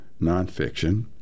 nonfiction